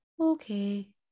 okay